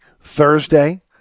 Thursday